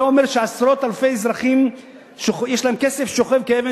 אתה אומר שלעשרות אלפי אזרחים יש כסף ששוכב כאבן